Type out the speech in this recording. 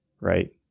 right